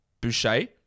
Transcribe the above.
Boucher